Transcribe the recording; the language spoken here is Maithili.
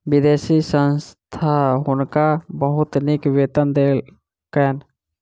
विदेशी संस्था हुनका बहुत नीक वेतन देलकैन